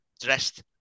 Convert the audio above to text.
dressed